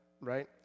right